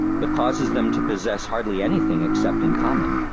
but causes them to possess hardly anything except in common.